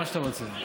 מה שאתה רוצה.